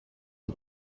die